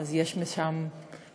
ואז יש משם בשורות.